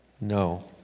No